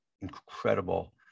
incredible